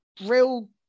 real